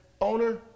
owner